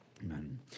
Amen